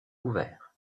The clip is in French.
couverts